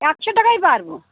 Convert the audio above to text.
একশো টাকাই পারবো